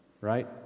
Right